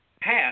half